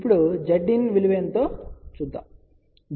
ఇప్పుడు Zin విలువ ఎంత